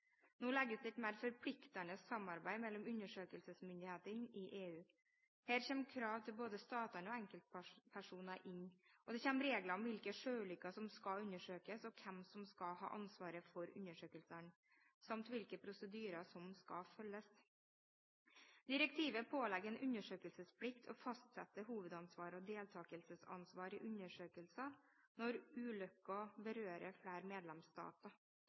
Nå legges det et mer forpliktende samarbeid mellom undersøkelsesmyndighetene i EU. Her kommer krav til både statene og enkeltpersoner inn, og det kommer regler om hvilke sjøulykker som skal undersøkes, hvem som skal ha ansvaret for undersøkelsene, samt hvilke prosedyrer som skal følges. Direktivet pålegger en undersøkelsesplikt og fastsetter hovedansvar og deltakelsesansvar i undersøkelser når ulykken berører flere